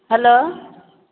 hello